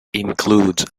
includes